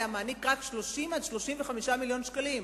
היה מעניק רק 30 35 מיליון שקלים.